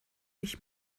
ich